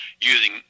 using